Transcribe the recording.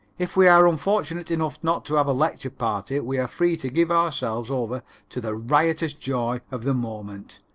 if we are unfortunate enough not to have a lecture party we are free to give ourselves over to the riotous joy of the moment,